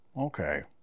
okay